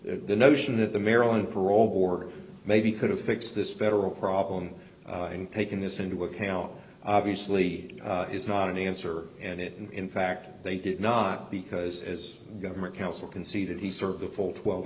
the notion that the maryland parole board maybe could have fixed this federal problem and taken this into account obviously is not an answer and it in fact they did not because as government counsel conceded he served the full twelve